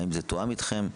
האם זה תואם איתכם?